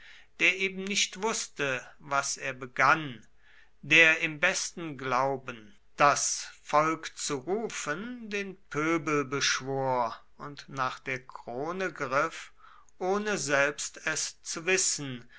der eben nicht wußte was er begann der im besten glauben das volk zu rufen den pöbel beschwor und nach der krone griff ohne selbst es zu wissen